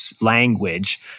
language